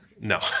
No